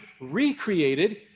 recreated